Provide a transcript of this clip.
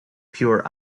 pure